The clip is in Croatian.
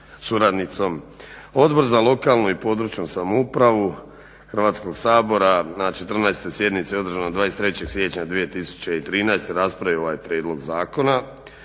Odbor za lokalnu i područnu samoupravu Hrvatskog sabora na 14. sjednici održanoj 23. siječnja 2013. raspravio je ovaj prijedlog zakona.